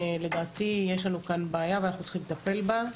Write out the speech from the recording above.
לדעתי יש לנו כאן בעיה ואנחנו צריכים לטפל בה.